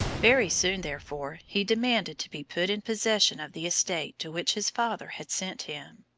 very soon, therefore, he demanded to be put in possession of the estate to which his father had sent him.